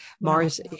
Mars